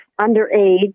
underage